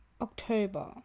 October